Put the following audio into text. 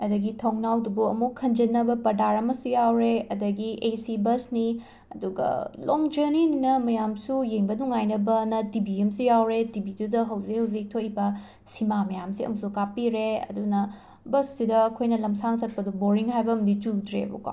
ꯑꯗꯒꯤ ꯊꯣꯡꯅꯥꯎꯗꯨꯕꯨ ꯑꯃꯨꯛ ꯈꯟꯖꯤꯟꯅꯕ ꯄꯔꯗꯥꯔ ꯑꯃꯁꯨ ꯌꯥꯎꯔꯦ ꯑꯗꯒꯤ ꯑꯦ ꯁꯤ ꯕꯁꯅꯤ ꯑꯗꯨꯒ ꯂꯣꯡ ꯖꯔꯅꯤꯅꯤꯅ ꯃꯌꯥꯝꯁꯨ ꯌꯦꯡꯕ ꯅꯨꯡꯉꯥꯏꯅꯕꯅ ꯇꯤꯕꯤ ꯑꯝꯁꯨ ꯌꯥꯎꯔꯦ ꯇꯤꯕꯤꯗꯨꯗ ꯍꯧꯖꯤꯛ ꯍꯧꯖꯤꯛ ꯊꯣꯛꯏꯕ ꯁꯤꯃꯥ ꯃꯌꯥꯝꯁꯦ ꯑꯃꯁꯨ ꯀꯥꯞꯄꯤꯔꯦ ꯑꯗꯨꯅ ꯕꯁꯁꯤꯗ ꯑꯩꯈꯣꯏꯅ ꯂꯝꯁꯥꯡ ꯆꯠꯄꯗ ꯕꯣꯔꯤꯡ ꯍꯥꯏꯕ ꯑꯝꯗꯤ ꯆꯨꯗ꯭ꯔꯦꯕꯀꯣ